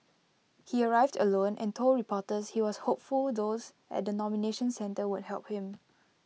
he arrived alone and told reporters he was hopeful those at the nomination centre would help him